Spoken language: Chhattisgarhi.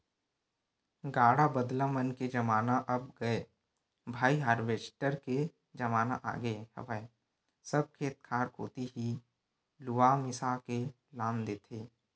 गाड़ा बदला मन के जमाना अब गय भाई हारवेस्टर के जमाना आगे हवय सब खेत खार कोती ही लुवा मिसा के लान देथे